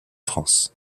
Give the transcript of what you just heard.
france